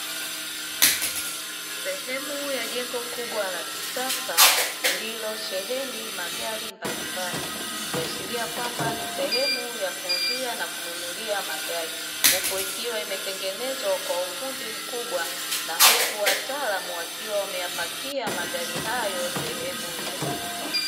Sehemu ya jengo kubwa la kisasa lililosheheni magari mbalimbali ikiashiria kwamba ni sehemu ya kuuzia na kununulia magari, huku ikiwa imetengeneza kwa ufundi mkubwa na huku wataalamu wakiwa wameyapakia magari hayo sehemu ya juu.